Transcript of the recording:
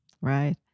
Right